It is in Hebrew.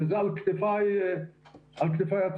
וזה על כתפיי הצרות.